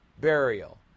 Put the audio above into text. Burial